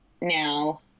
now